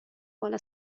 بالا